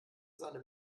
seine